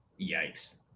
Yikes